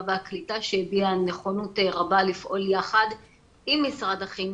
והקליטה שהביע נכונות רבה לפעול יחד עם משרד החינוך,